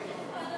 כנסת